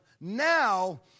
now